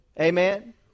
Amen